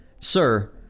Sir